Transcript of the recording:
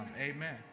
amen